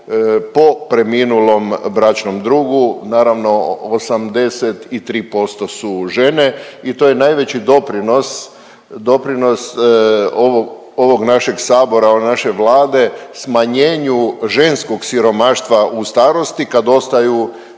po preminulom bračnom drugu, naravno 83% su žene i to je najveći doprinos, doprinos ovog, ovog našeg sabora, ove naše Vlade, smanjenju ženskog siromaštva u starosti kad ostaju